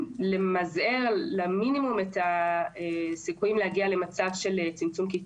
למזער למינימום את הסיכויים להגיע למצב של צמצום כיתות,